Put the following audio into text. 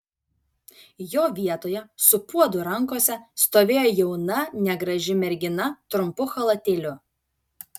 jo vietoje su puodu rankose stovėjo jauna negraži mergina trumpu chalatėliu